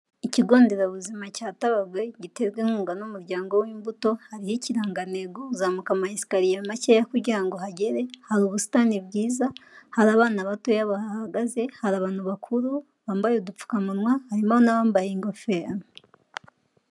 Ikigo nderabuzima cya Tabagwe, giterwa inkunga n'umuryango w'imbuto, hariho ikirangantego, uzamuka ama esikariye makeya kugira ngo hagere, hari ubusitani bwiza, hari abana batoya bahahagaze, hari abantu bakuru bambaye udupfukamunwa, harimo n'abambaye ingofero.